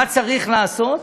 מה צריך לעשות.